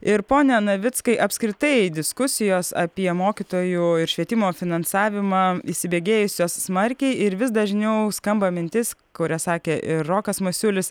ir pone navickai apskritai diskusijos apie mokytojų ir švietimo finansavimą įsibėgėjusios smarkiai ir vis dažniau skamba mintis kurią sakė ir rokas masiulis